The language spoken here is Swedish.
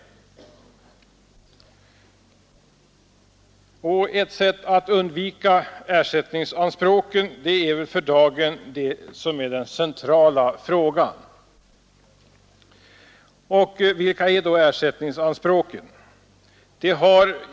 Hur man skall finna ett sätt att undvika ersättningsanspråken är för dagen den centrala frågan. Och vilka är då ersättningsanspråken?